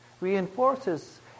reinforces